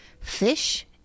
Fish